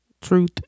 Truth